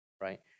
Right